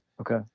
Okay